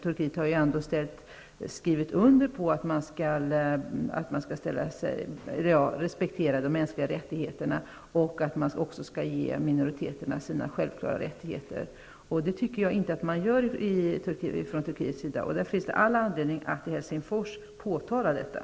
Turkiet har ju skrivit under på att landet skall respektera de mänskliga rättigheterna och också ge minoriteterna deras självklara rättigheter. Det tycker jag inte att Turkiet gör, och därför finns det all anledning att påtala detta i Helsingfors.